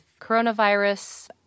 coronavirus